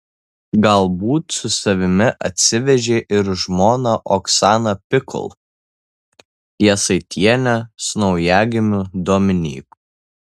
galbūt su savimi atsivežė ir žmoną oksaną pikul jasaitienę su naujagimiu dominyku